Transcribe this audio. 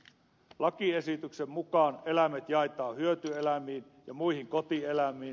lakiesityksen mukaan eläimet jaetaan hyöty eläimiin ja muihin kotieläimiin